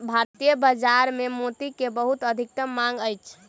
भारतीय बाजार में मोती के बहुत अधिक मांग अछि